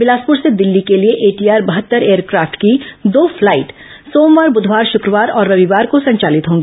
बिलासपुर से दिल्ली के लिए एटीआर बहत्तर एयरक्राफ्ट की दो फ्लाईट सोमवार बुधवार शुक्रवार और रविवार को संचालित होगी